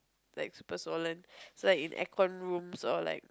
like super swollen so that like in aircon rooms or like